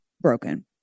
broken